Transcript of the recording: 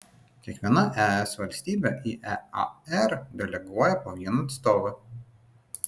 kiekviena es valstybė į ear deleguoja po vieną atstovą